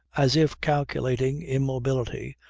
as if calculating, immobility,